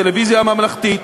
הטלוויזיה הממלכתית,